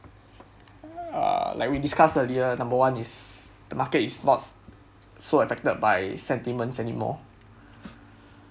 err like we discussed earlier number one is the market is not so affected by sentiments anymore